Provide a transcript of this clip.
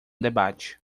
debate